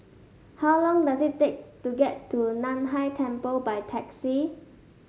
how long does it take to get to Nan Hai Temple by taxi